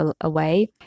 away